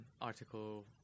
Article